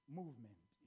movement